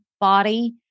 body